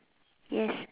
yes